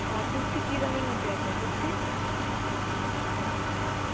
আর কুর্তি কী দামের মধ্যে আছে কুর্তি